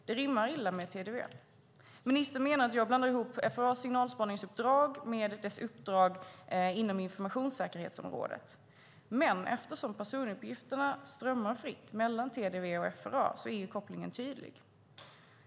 Det rimmar illa med TDV. Ministern menar att jag blandar ihop FRA:s signalspaningsuppdrag med dess uppdrag inom informationssäkerhetsområdet, men eftersom personuppgifterna strömmar fritt mellan TDV och FRA är kopplingen tydlig.